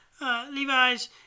Levi's